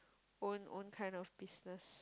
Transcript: own own kind of business